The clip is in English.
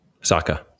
Saka